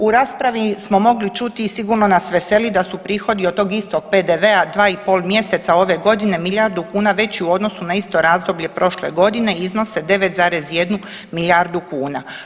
U raspravi smo mogli čuti i sigurno nas veseli da su prihodi od tog istog PDV-a 2 i pol mjeseca ove godine milijardu kuna veći u odnosu na isto razdoblje prošle godine i iznose 9,1 milijardu kuna.